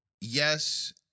yes